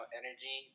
energy